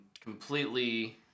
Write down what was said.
completely